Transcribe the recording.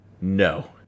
No